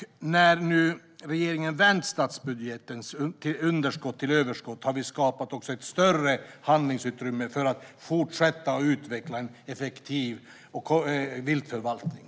När regeringen nu har vänt statsbudgetens underskott till överskott har vi också skapat ett större handlingsutrymme för att fortsätta att utveckla en effektiv viltförvaltning.